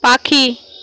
পাখি